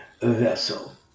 vessel